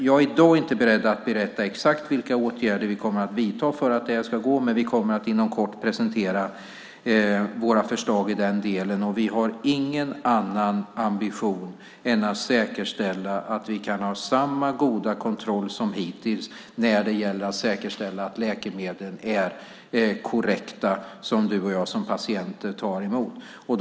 Jag är i dag inte beredd att berätta exakt vilka åtgärder vi kommer att vidta för att det här ska gå, men vi kommer att inom kort presentera våra förslag i den delen. Vi har ingen annan ambition än att säkerställa att vi kan ha samma goda kontroll som hittills när det gäller att säkerställa att de läkemedel som du och jag som patienter tar emot är korrekta.